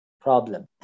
problem